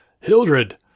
Hildred